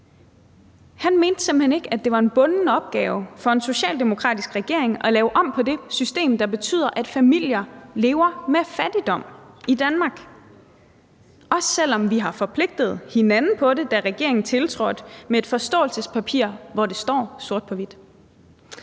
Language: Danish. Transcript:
Han mente simpelt hen ikke, at det var en bunden opgave for en socialdemokratisk regering at lave om på det system, der betyder, at familier lever med fattigdom i Danmark, også selv om vi har forpligtet hinanden på det, da regeringen tiltrådte, med et forståelsespapir, hvor det står sort på hvidt.